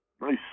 nice